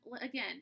Again